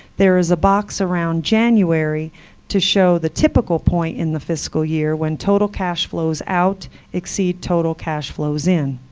there is a box around january to show the typical point in the fiscal year when total cash flows out exceed total cash flows in.